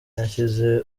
yashyize